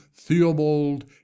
Theobald